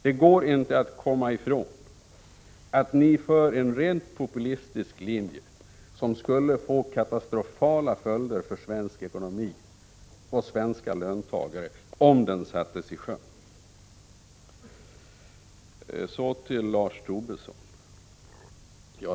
Det går inte att komma ifrån att ni för en rent populistisk linje, som skulle få katastrofala följder för svensk ekonomi och svenska löntagare om den sattes i sjön. Så till Lars Tobisson.